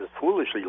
foolishly